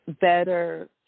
better